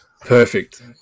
Perfect